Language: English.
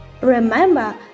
Remember